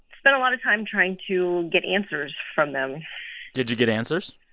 spent a lot of time trying to get answers from them did you get answers?